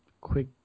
quick